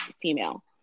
female